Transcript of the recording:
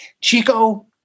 Chico